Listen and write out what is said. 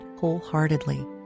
wholeheartedly